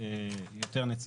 אני אקרא את זה בסוף הסעיף הזה.